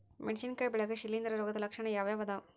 ಮೆಣಸಿನಕಾಯಿ ಬೆಳ್ಯಾಗ್ ಶಿಲೇಂಧ್ರ ರೋಗದ ಲಕ್ಷಣ ಯಾವ್ಯಾವ್ ಅದಾವ್?